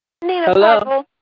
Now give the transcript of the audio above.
Hello